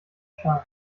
stein